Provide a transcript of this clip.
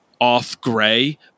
off-gray